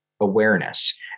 awareness